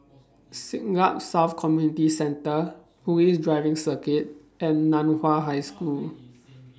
Siglap South Community Centre Police Driving Circuit and NAN Hua High School